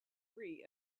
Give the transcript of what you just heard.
free